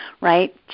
right